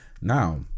now